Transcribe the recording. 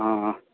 अँ